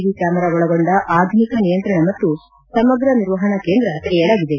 V camera ಒಳಗೊಂಡ ಆಧುನಿಕ ನಿಯಂತ್ರಣ ಮತ್ತು ಸಮಗ್ರ ನಿರ್ವಹಣಾ ಕೇಂದ್ರ ತೆರೆಯಲಾಗಿದೆ